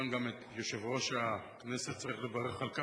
כמובן גם את יושב-ראש הכנסת צריך לברך על כך,